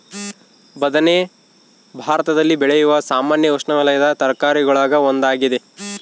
ಬದನೆ ಭಾರತದಲ್ಲಿ ಬೆಳೆಯುವ ಸಾಮಾನ್ಯ ಉಷ್ಣವಲಯದ ತರಕಾರಿಗುಳಾಗ ಒಂದಾಗಿದೆ